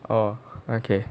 oh okay